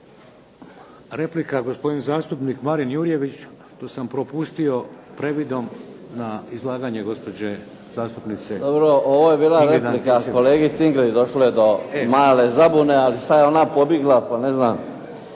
Replika, gospodin zastupnik Marin Jurjević. To sam propustio previdom na izlaganje gospođe zastupnice Ingrid. **Jurjević, Marin (SDP)** Dobro, ovo je bila replika kolegici Ingrid. Došlo je do male zabune, ali sad je ona pobjegla pa ne znam.